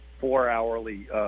four-hourly